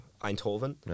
eindhoven